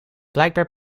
blijkbaar